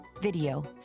video